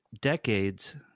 Decades